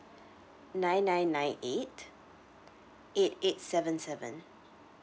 nine nine nine eight eight eight seven seven